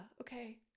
okay